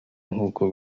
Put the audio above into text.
n’uko